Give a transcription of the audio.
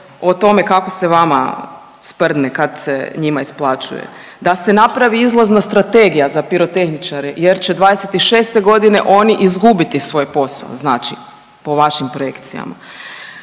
o tome kako se vama sprdne kad se njima isplaćuje, da se napravi izlazna strategija za pirotehničare jer će '26.g. oni izgubiti svoj posao znači po vašim projekcijama.